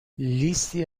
لیستی